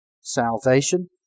salvation